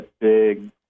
big